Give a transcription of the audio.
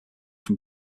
from